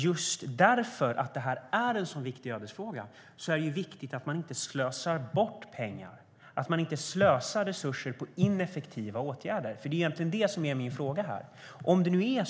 Just eftersom detta är en sådan ödesfråga är det också viktigt att inte slösa bort pengar, att man inte slösar resurser på ineffektiva åtgärder. Det är ju egentligen detta som min fråga handlar om.